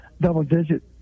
double-digit